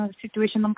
situation